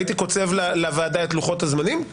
הייתי קוצב לוועדה את לוחות-הזמנים.